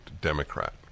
Democrat